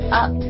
up